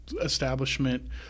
establishment